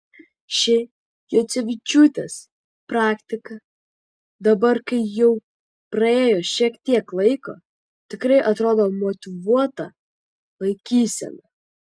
ši juocevičiūtės praktika dabar kai jau praėjo šiek tiek laiko tikrai atrodo motyvuota laikysena